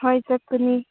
ꯍꯣꯏ ꯆꯠꯀꯅꯤ